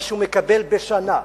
מה שהוא מקבל בשנה,